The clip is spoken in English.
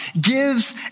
gives